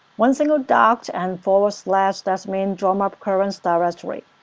one single dot and forward slash. that means jump up current directory.